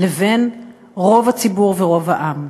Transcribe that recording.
לבין רוב הציבור ורוב העם.